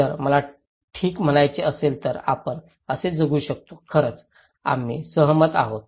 जर मला ठीक म्हणायचे असेल तर आपण असे जगू शकतो खरंच आम्ही सहमत आहोत